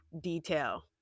detail